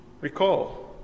Recall